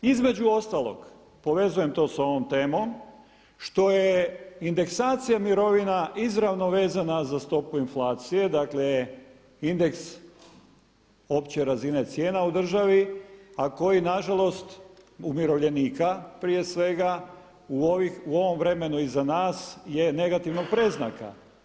Između ostalog povezujem to sa ovom temom što je indeksacija mirovina izravno vezana za stopu inflacije, dakle indeks opće razine cijena u državi a koji nažalost umirovljenika prije svega u ovom vremenu iza nas je negativnog predznaka.